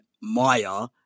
Maya